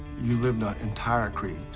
you live that entire creed.